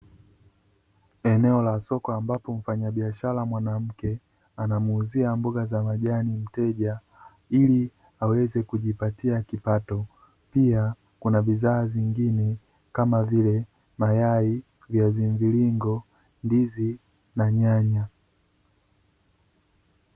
Eneo la soko ambapo mfanyabiashara mwanamke anamuuzia mboga za majani mteja ili aweze kujipatia kipato. Pia kuna bidhaa zingine kama vile mayai, viazi mviringo, ndizi na nyanya.